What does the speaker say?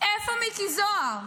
איפה מיקי זוהר?